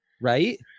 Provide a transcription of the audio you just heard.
Right